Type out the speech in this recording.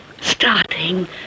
starting